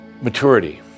Maturity